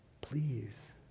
please